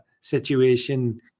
situation